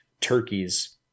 turkeys